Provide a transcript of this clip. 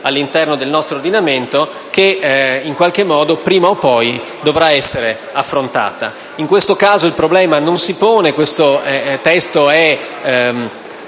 all'interno del nostro ordinamento che, in qualche modo, prima o poi dovrà essere affrontata. In questo caso, il problema non si pone. Questo testo è